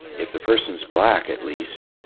if the person is black, at least,